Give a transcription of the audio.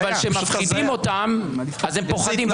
אבל שמפחידים אותם, הם פוחדים.